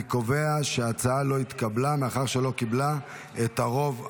אני קובע שההצעה לא התקבלה מאחר שלא קיבלה את הרוב הדרוש.